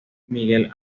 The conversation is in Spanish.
miguel